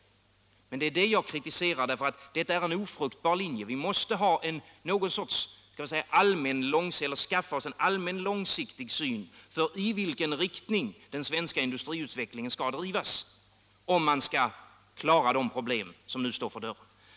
Men det är det jag kritiserar, därför att detta är en ofruktbar linje. Vi måste skaffa oss en allmän, långsiktig syn på i vilken riktning den svenska industriutvecklingen skall drivas om man skall klara de problem som nu står för dörren.